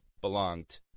belonged